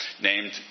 named